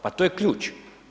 Pa to je ključ.